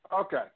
Okay